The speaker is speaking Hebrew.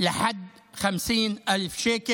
למי שיש לו חובות של עד 50,000 שקלים.